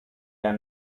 der